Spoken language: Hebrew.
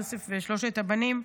יוסף ושלושת הבנים,